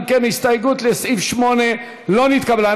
אם כן, הסתייגות לסעיף 8 לא נתקבלה.